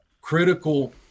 Critical